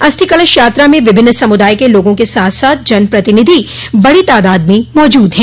अस्थि कलश यात्रा में विभिन्न समुदाय के लोगों के साथ साथ जनप्रतिनिधि बड़ी तादाद में मौजूद है